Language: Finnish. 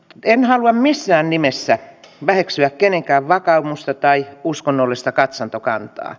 en halua missään nimessä väheksyä kenenkään vakaumusta tai uskonnollista katsantokantaa